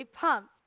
pumped